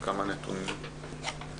קודם כל תודה מאוד על הדיון הזה.